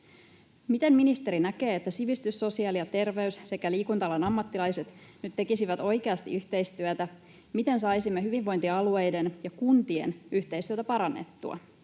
Miten ministeri näkee, että sivistys-, sosiaali- ja terveys- sekä liikunta-alan ammattilaiset nyt tekisivät oikeasti yhteistyötä? Miten saisimme hyvinvointialueiden ja kuntien yhteistyötä parannettua?